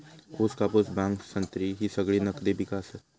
ऊस, कापूस, भांग, संत्री ही सगळी नगदी पिका आसत